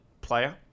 player